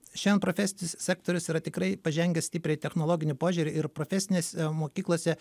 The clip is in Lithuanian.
šiandien profesinis sektorius yra tikrai pažengęs stipriai technologiniu požiūriu ir profesinės mokyklose